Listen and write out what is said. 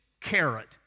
carrot